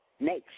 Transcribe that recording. Next